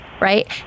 Right